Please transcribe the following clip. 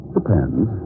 Depends